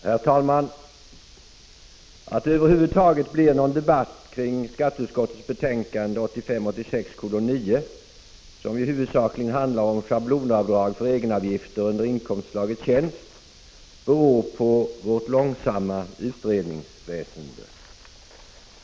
Herr talman! Att det över huvud taget blir någon debatt kring skatteutskottets betänkande 1985/86:9, som ju huvudsakligen handlar om schablonavdrag för egenavgifter i inkomstslaget tjänst, beror på vårt långsamma utredningsväsende.